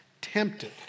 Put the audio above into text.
tempted